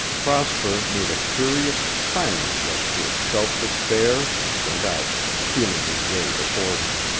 prosper made a curious, silent gesture of self-despair and went out, feeling his way before him.